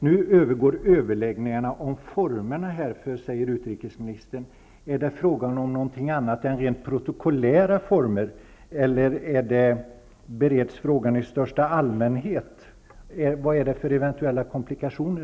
Nu pågår överläggningar om formerna härför, säger utrikesministern. Är det fråga om något annat än rent protokollära former, eller bereds frågan i största allmänhet? Vad är det för eventuella komplikationer?